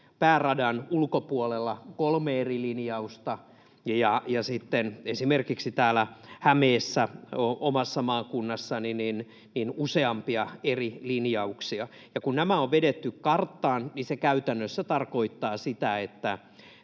pääradan ulkopuolella kolme eri linjausta ja sitten esimerkiksi Hämeessä omassa maakunnassani useampia eri linjauksia. Ja kun nämä on vedetty karttaan, se käytännössä tarkoittaa sitä, että